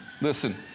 listen